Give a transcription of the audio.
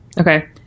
Okay